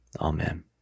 Amen